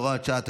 הוראת שעה),